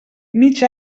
mig